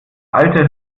alte